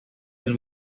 del